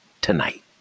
tonight